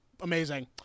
amazing